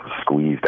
squeezed